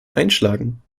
einschlagen